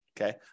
okay